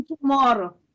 tomorrow